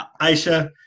Aisha